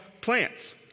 plants